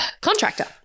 Contractor